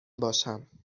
باشم